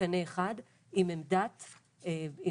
בקנה אחד עם החלטת